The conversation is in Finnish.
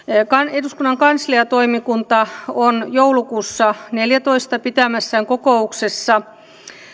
eduskunnan kansliatoimikunta on joulukuussa kaksituhattaneljätoista pitämässään kokouksessa